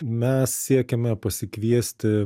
mes siekėme pasikviesti